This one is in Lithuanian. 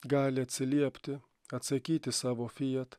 gali atsiliepti atsakyti savo fiat